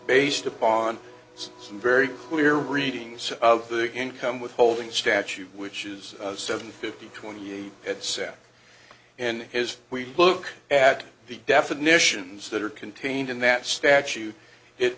based upon some very clear reading of the income withholding statute which is seven fifty twenty eight at sap and his we look at the definitions that are contained in that statute it